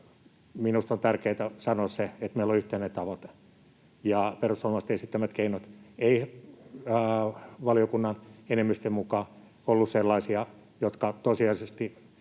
Minusta on tärkeää sanoa se, että meillä on yhteinen tavoite. Perussuomalaisten esittämät keinot eivät valiokunnan enemmistön mukaan olleet sellaisia, jotka tosiasiallisesti